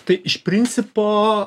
tai iš principo